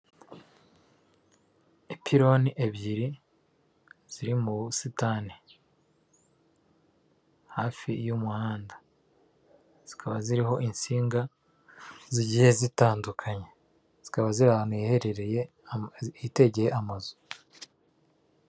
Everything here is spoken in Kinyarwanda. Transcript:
Ipironi ebyiri ziri mu busitani hafi y'umuhanda. Zikaba ziriho insinga zigiye zitandukanye. Zikaba ziri ahantu hiherereye, hitegeye amazu.